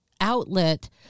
outlet